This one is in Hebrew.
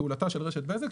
פעולתה של רשת בזק.